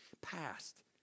past